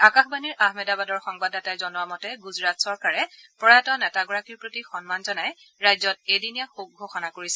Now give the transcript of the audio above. আকাশবাণীৰ আহমেদাবাদৰ সংবাদদাতাই জনোৱা মতে গুজৰাট চৰকাৰে প্ৰয়াত নেতাগৰাকীৰ প্ৰতি সন্মান জনাই ৰাজ্যত এদিনীয়া শোক ঘোষণা কৰিছে